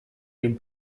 den